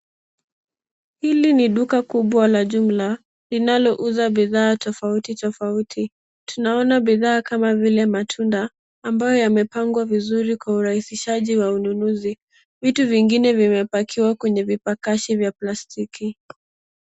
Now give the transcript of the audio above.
Hili ni duka kubwa la jumla linalouza bidhaa tofauti tofauti. Tunaona bidhaa kama vile matunda ambayo yamepangwa vizuri kwa hurahisisha wa ununuzi. Vitu vingine vimepakiwa kwenye vipakashi vya plastiki.